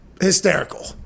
Hysterical